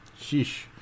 sheesh